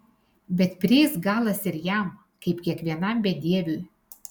bet prieis galas ir jam kaip kiekvienam bedieviui